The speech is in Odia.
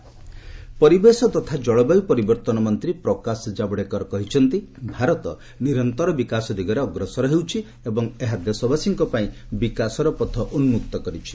ୟୁଏନ୍ ଇଣ୍ଡିଆ କ୍ଲାଇମେଟ୍ ପରିବେଶ ତଥା ଜଳବାୟୁ ପରିବର୍ତ୍ତନ ମନ୍ତ୍ରୀ ପ୍ରକାଶ ଜାବଡେକର କହିଛନ୍ତି ଭାରତ ନିରନ୍ତର ବିକାଶ ଦିଗରେ ଅଗ୍ରସର ହେଉଛି ଏବଂ ଏହା ଦେଶବାସୀଙ୍କ ପାଇଁ ବିକାଶର ପଥ ଉନ୍କକ୍ତ କରିଛି